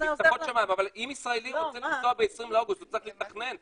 השמיים אבל אם ישראלי רוצה לנסוע ב-20 באוגוסט הוא צריך לתכנן,